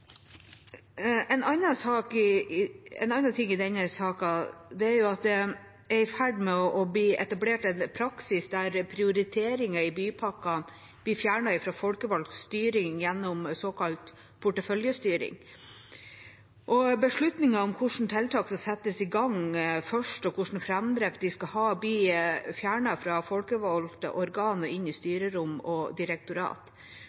en form for dobbeltkommunikasjon. En annen ting i denne saken er at det er i ferd med å bli etablert en praksis der prioriteringer i bypakkene blir fjernet fra folkevalgt styring gjennom såkalt porteføljestyring. Beslutningen om hvilke tiltak som settes i gang først, og hvilken framdrift vi skal ha, blir fjernet fra folkevalgte organer og inn i